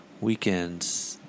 weekends